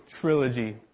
trilogy